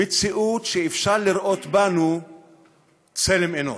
מציאות שאפשר לראות בנו צלם אנוש.